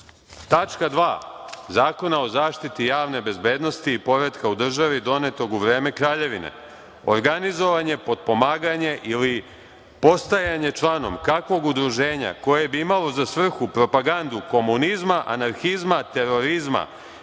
2. Zakona o zaštiti javne bezbednosti i poretka u državi donetog u vreme Kraljevine: „Organizovanje, potpomaganje ili postajanje članom kakvog udruženja koje bi imalo za svrhu propagandu komunizma, anarhizma, terorizma